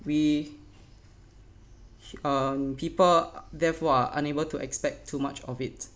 we uh people therefore are unable to expect too much of it